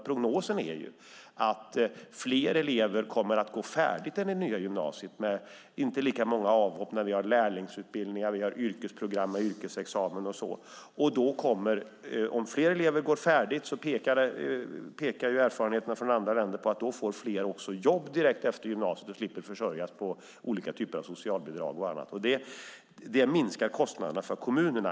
Prognosen är dock att fler elever kommer att gå färdigt i det nya gymnasiet. Det blir inte lika många avhopp när vi har lärlingsutbildningar, yrkesprogram, yrkesexamen och så. Om fler elever går färdigt pekar erfarenheterna från andra länder på att fler också får jobb direkt efter gymnasiet och slipper försörja sig på olika typer av socialbidrag och annat. Det minskar kostnaderna för kommunerna.